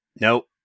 Nope